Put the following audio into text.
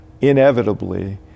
inevitably